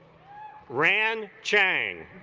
ran chang